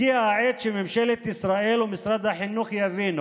הגיעה העת שממשלת ישראל ומשרד החינוך יבינו